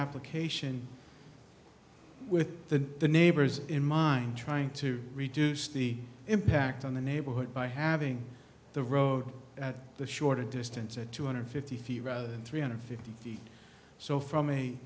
application with the neighbors in mind trying to reduce the impact on the neighborhood by having the road at the shorter distance at two hundred fifty feet rather than three hundred fifty feet so from a